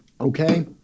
Okay